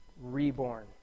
reborn